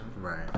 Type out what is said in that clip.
Right